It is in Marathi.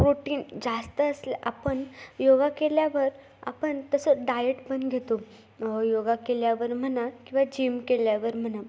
प्रोटीन जास्त असल्या आपण योगा केल्यावर आपण तसं डायट पण घेतो योगा केल्यावर म्हणा किंवा जिम केल्यावर म्हणा